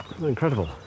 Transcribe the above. Incredible